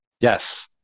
Yes